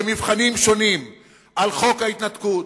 במבחנים שונים על חוק ההתנתקות,